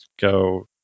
go